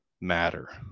matter